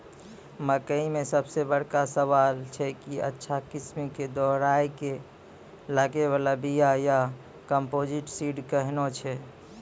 मकई मे सबसे बड़का सवाल छैय कि अच्छा किस्म के दोहराय के लागे वाला बिया या कम्पोजिट सीड कैहनो छैय?